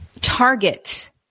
target